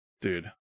dude